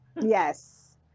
Yes